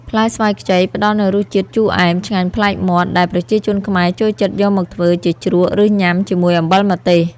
ផ្លែស្វាយខ្ចីផ្តល់នូវរសជាតិជូរអែមឆ្ងាញ់ប្លែកមាត់ ដែលប្រជាជនខ្មែរចូលចិត្តយកមកធ្វើជាជ្រក់ ឬញុំាជាមួយអំបិលម្ទេស។